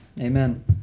Amen